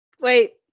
Wait